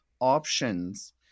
options